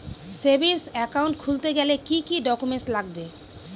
Savings account খুলতে গেলে কি কি ডকুমেন্টস লাগবে?